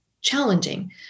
challenging